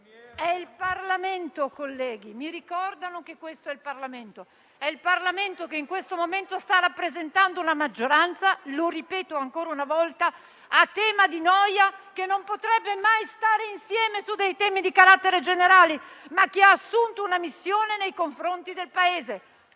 È il Parlamento, colleghi, mi ricordano che questo è il Parlamento. È il Parlamento che in questo momento sta rappresentando una maggioranza - lo ripeto ancora una volta, a tema di noia - che non potrebbe mai stare insieme su dei temi di carattere generale, ma che ha assunto una missione nei confronti del Paese.